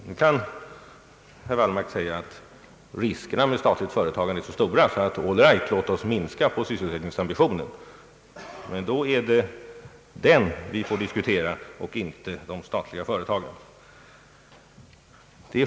Nu kan herr Wallmark säga att riskerna med statliga företag ur en mångfald synpunkter är så stora att en expansion av dem måste avvisas. Slutsatsen blir då att vi bör minska sysselsättningsambitionen, men då måste vi diskutera den och inte de statliga företagen.